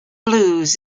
blues